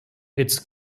its